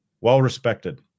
well-respected